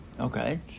Okay